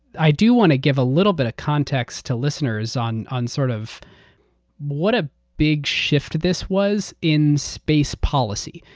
i do want to give a little bit of context to listeners on on sort of what a big shift this was in space policy.